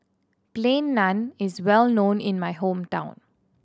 Plain Naan is well known in my hometown